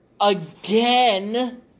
again